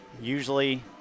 usually